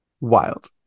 Wild